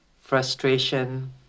frustration